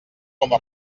coma